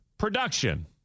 Production